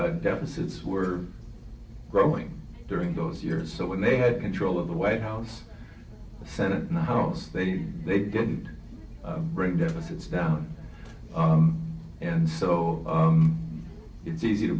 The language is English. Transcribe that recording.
deficits were growing during those years so when they had control of the white house senate and the house they did they didn't bring democrats down and so it's easy to